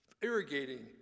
irrigating